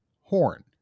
Horn